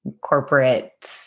corporate